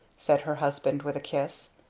said her husband, with a kiss.